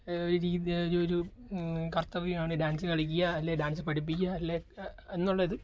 രീതി ഒരു ഒരു കർത്തവ്യമാണ് ഡാൻസ് കളിക്കുക അല്ലെങ്കിൽ ഡാൻസ് പഠിപ്പിക്കുക അല്ലെങ്കിൽ എ എന്നുള്ളത്